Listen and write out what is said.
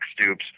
Stoops